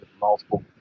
multiple